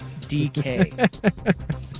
dk